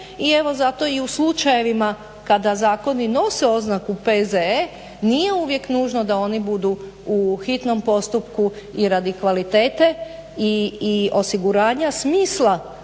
I evo zato i u slučajevima kada zakoni nose oznaku P.Z.E. nije uvijek nužno da oni budu u hitnom postupku i radi kvalitete i osiguranja smisla